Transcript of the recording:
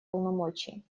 полномочий